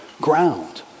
ground